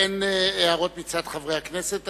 באין הערות מצד חברי הכנסת,